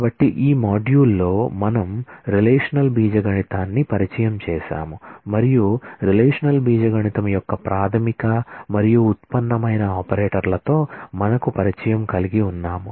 కాబట్టి ఈ మాడ్యూల్లో మనం రిలేషనల్ ఆల్జీబ్రా ను పరిచయం చేసాము మరియు రిలేషనల్ ఆల్జీబ్రా యొక్క ప్రాథమిక మరియు ఉత్పన్నమైన ఆపరేటర్లతో మనకు పరిచయం కలిగి ఉన్నాము